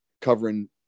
covering